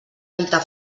dita